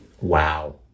Wow